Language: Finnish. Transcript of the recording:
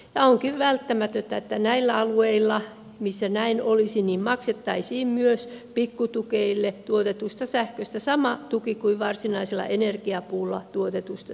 onkin välttämätöntä että näillä alueilla missä näin olisi maksettaisiin myös pikkutukeilla tuotetusta sähköstä sama tuki kuin varsinaisella energiapuulla tuotetusta sähköstä